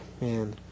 man